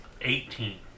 Eighteen